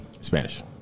Spanish